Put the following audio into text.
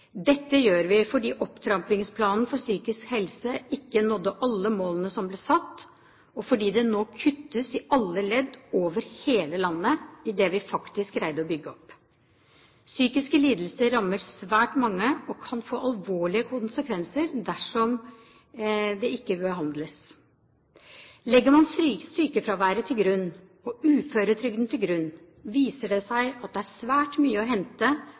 Dette gjør vi fordi Opptrappingsplanen for psykisk helse ikke nådde alle målene som ble satt, og fordi det nå kuttes i alle ledd over hele landet i det vi faktisk greide å bygge opp. Psykiske lidelser rammer svært mange og kan få alvorlige konsekvenser dersom det ikke behandles. Legger man sykefraværet og uføretrygden til grunn, viser det seg at det er svært mye å hente